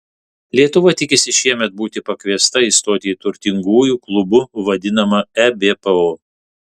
lietuva tikisi šiemet būti pakviesta įstoti į turtingųjų klubu vadinamą ebpo